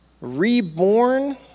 reborn